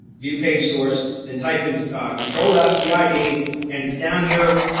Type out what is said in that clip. view page source, then type in control fc id and it's down here.